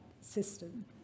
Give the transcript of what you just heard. system